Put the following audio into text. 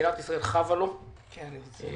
מדינת ישראל חבה לו כבר